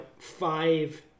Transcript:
five